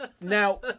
Now